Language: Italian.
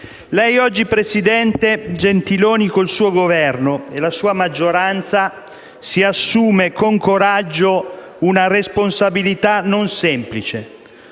Lei oggi, presidente Gentiloni Silveri, con il suo Governo e la sua maggioranza si assume con coraggio una responsabilità non semplice: